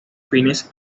fines